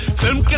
film